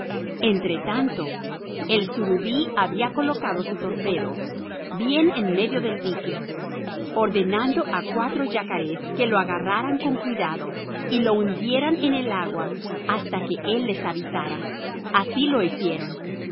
tronco entretanto el surubí había colocado su torpedo bien en medio del dique ordenando a cuatro yacarés que lo agarraran con cuidado y lo hundieran en el agua hasta que él les avisara así lo hicieron